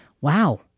wow